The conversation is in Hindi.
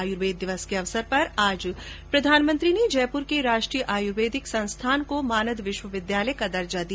आयुर्वेद दिवस के अवसर पर आज प्रधानमंत्री ने जयपुर के राष्ट्रीय आयुर्वेद संस्थान को मानद विश्वविद्यालय का दर्जा दिया